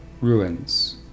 ruins